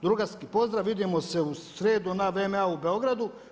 Drugarski pozdrav, vidimo se u sredu na VMA u Beogradu.